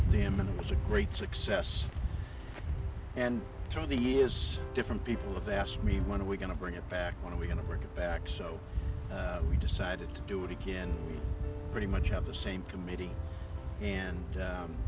of them and it was a great success and through the years different people have asked me when are we going to bring it back when are we going to bring it back so we decided to do it again pretty much of the same committee and